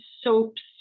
soaps